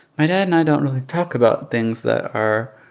my dad and i don't really talk about things that are